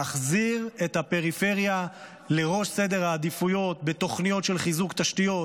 להחזיר את הפריפריה לראש סדר העדיפויות בתוכניות לחיזוק התשתיות,